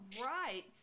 right